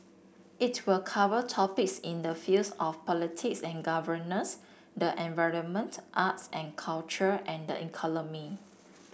it will cover topics in the fields of politics and governance the environment arts and culture and the